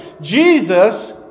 Jesus